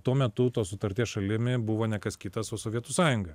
tuo metu tos sutarties šalimi buvo ne kas kitas o sovietų sąjunga